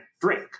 drink